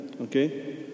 Okay